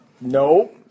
No